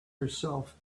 herself